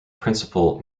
principal